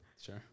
Sure